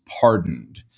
pardoned